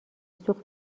سوخت